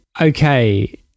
okay